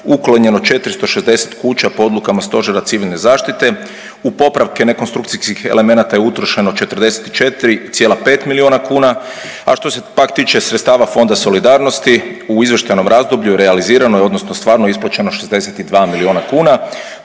uklonjeno 460 kuća po odlukama Stožera civilne zaštite, u popravke nekonstrukcijskih elemenata je utrošeno 44,5 milijuna kuna, a što se pak tiče sredstava Fonda solidarnosti u izvještajnom razdoblju realizirano je odnosno stvarno isplaćeno 62 milijuna kuna.